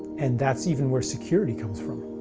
and that's even where security comes from.